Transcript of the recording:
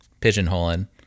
pigeonholing